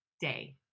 day